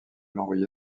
l’envoyer